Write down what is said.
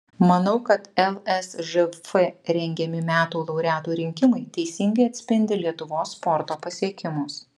manau kad lsžf rengiami metų laureatų rinkimai teisingai atspindi lietuvos sporto pasiekimus